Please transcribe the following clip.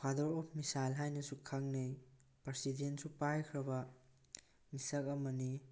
father of missile ꯍꯥꯏꯅꯁꯨ ꯈꯪꯅꯩ ꯄ꯭ꯔꯁꯤꯗꯦꯟꯁꯨ ꯄꯥꯏꯈ꯭ꯔꯕ ꯃꯤꯁꯛ ꯑꯃꯅꯤ